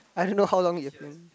I don't know how long you're playing